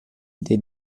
dei